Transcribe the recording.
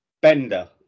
Bender